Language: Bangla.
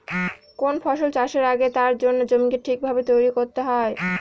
কোন ফসল চাষের আগে তার জন্য জমিকে ঠিক ভাবে তৈরী করতে হয়